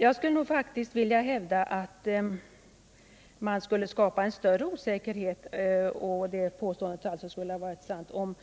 Jag vill hävda att påståendet hade varit mera sant om